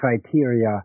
criteria